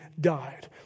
died